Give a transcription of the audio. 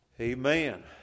Amen